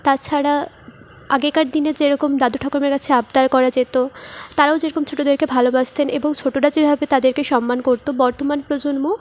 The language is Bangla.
তাছাড়া আগেকার দিনে যেরকম দাদু ঠাকুমার কাছে আবদার করা যেত তারাও যেরকম ছোটোদেরকে ভালোবাসতেন এবং ছোটোরা যেভাবে তাদেরকে সম্মান করতো বর্তমান প্রজন্ম